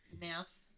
math